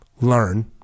learn